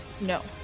No